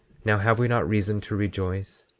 now have we not reason to rejoice?